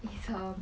it's a